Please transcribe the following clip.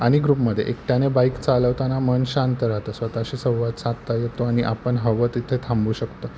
आणि ग्रुपमध्ये एकट्याने बाईक चालवताना मन शांत राहतं स्वत शी संवाद साधता येतो आणि आपण हवं तिथे थांबू शकतो